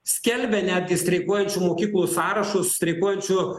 skelbia netgi streikuojančių mokyklų sąrašus streikuojančių